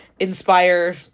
inspire